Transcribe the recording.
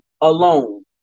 alone